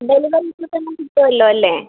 delivery ഇപ്പോള്ത്തന്നെ കിട്ടുമല്ലോ അല്ലേ